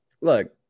look